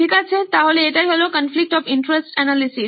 ঠিক আছে তাহলে এটাই হলো কনফ্লিকট অফ ইন্টারেস্ট অ্যানালিসিস